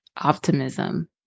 optimism